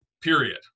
period